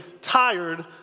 tired